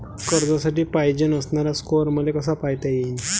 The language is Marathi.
कर्जासाठी पायजेन असणारा स्कोर मले कसा पायता येईन?